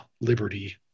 liberty